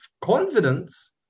confidence